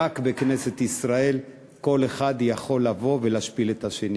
רק בכנסת ישראל כל אחד יכול לבוא ולהשפיל את השני.